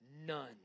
none